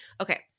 Okay